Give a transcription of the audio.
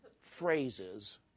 phrases